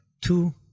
two